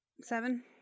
Seven